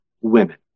women